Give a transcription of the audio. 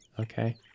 Okay